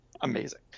amazing